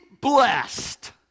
blessed